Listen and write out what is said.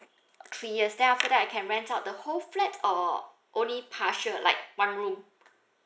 three years then after that I can rent out the whole flat or only partial like one room